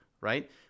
right